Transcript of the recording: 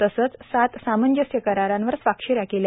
तसंच सात सामंजस्य करारावर स्वाक्षरी केल्या